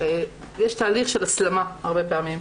יש תהליך של הסלמה הרבה פעמים.